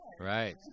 Right